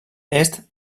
est